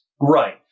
right